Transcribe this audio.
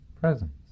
presence